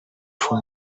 fois